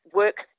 work